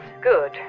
good